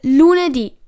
lunedì